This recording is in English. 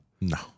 No